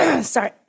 sorry